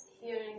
hearing